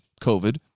COVID